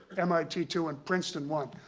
mit two, and princeton one.